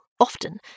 often